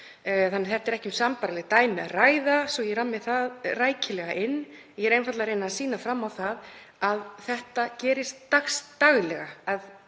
þannig að ekki er um sambærileg dæmi að ræða, svo að ég rammi það rækilega inn. Ég er einfaldlega að reyna að sýna fram á það að þetta gerist daglega,